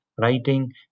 writing